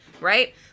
right